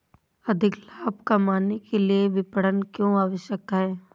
अधिक लाभ कमाने के लिए विपणन क्यो आवश्यक है?